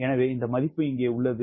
எனவே இந்த மதிப்பு இங்கே உள்ளது